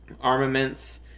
Armaments